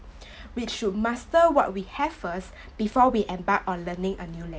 we should master what we have first before we embark on learning a new lang~